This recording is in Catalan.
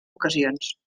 ocasions